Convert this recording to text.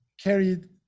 carried